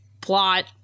plot